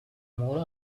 more